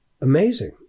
amazing